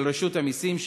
של רשות המסים,